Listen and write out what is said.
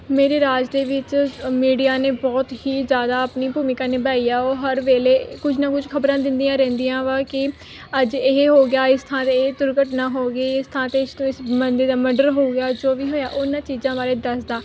ਮੇਰੇ ਰਾਜ ਦੇ ਵਿੱਚ ਮੀਡੀਆ ਨੇ ਬਹੁਤ ਹੀ ਜ਼ਿਆਦਾ ਆਪਣੀ ਭੂਮਿਕਾ ਨਿਭਾਈ ਆ ਉਹ ਹਰ ਵੇਲੇ ਕੁਝ ਨਾ ਕੁਝ ਖਬਰਾਂ ਦਿੰਦੀਆਂ ਰਹਿੰਦੀਆਂ ਵਾ ਕਿ ਅੱਜ ਇਹ ਹੋ ਗਿਆ ਇਸ ਥਾਂ 'ਤੇ ਇਹ ਦੁਰਘਟਨਾ ਹੋ ਗਈ ਇਸ ਥਾਂ 'ਤੇ ਇਸ ਇਸ ਬੰਦੇ ਦਾ ਮਰਡਰ ਹੋ ਗਿਆ ਜੋ ਵੀ ਹੋਇਆ ਉਹਨਾਂ ਚੀਜ਼ਾਂ ਬਾਰੇ ਦੱਸਦਾ